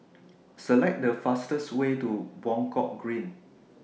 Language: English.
Select The fastest Way to Buangkok Green